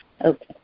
Okay